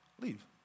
leave